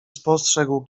spostrzegł